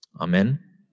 Amen